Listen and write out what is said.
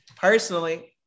personally